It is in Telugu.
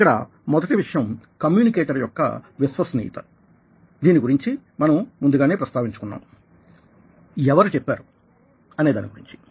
ఇక్కడ మొదటి విషయం కమ్యూనికేటర్ యొక్క విశ్వసనీయత దీని గురించి మనం ముందుగానే ప్రస్తావించుకున్నాం ఎవరు చెప్పారు అనే దాని గురించి